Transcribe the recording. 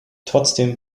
trotzdem